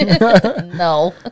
no